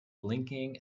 blinking